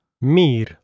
mir